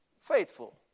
Faithful